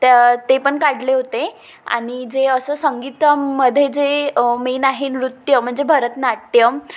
त ते पण काढले होते आणि जे असं संगीतामध्ये जे मेन आहे नृत्य म्हणजे भरतनाट्यम